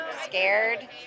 scared